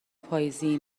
پاییزی